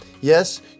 Yes